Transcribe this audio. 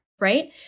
right